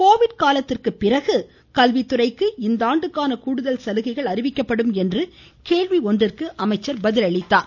Covid காலத்திற்கு பிறகு கல்வித்துறைக்கு இந்தாண்டுக்கான கூடுதல் சலுகைகள் அறிவிக்கப்படும் என்றும் அமைச்சர் தெரிவித்தார்